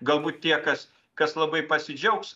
galbūt tie kas kas labai pasidžiaugs